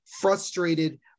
frustrated